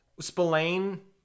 Spillane